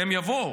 והם יבואו,